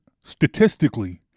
statistically